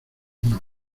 una